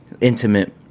intimate